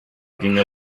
dinge